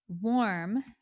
warm